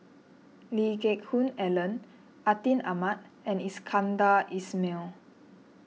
Lee Geck Hoon Ellen Atin Amat and Iskandar Ismail